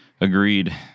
Agreed